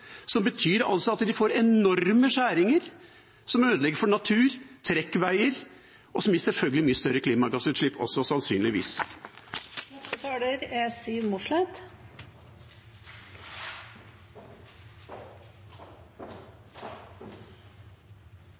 at de får enorme skjæringer, som ødelegger for natur, trekkveier, og som sannsynligvis gir mye større klimagassutslipp også.